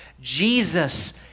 Jesus